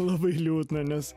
labai liūdna nes